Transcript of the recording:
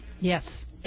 Yes